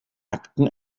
akten